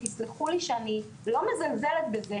ותסלחו לי, אני לא מזלזלת בזה,